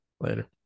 Later